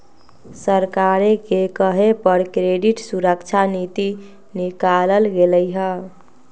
सरकारे के कहे पर क्रेडिट सुरक्षा नीति निकालल गेलई ह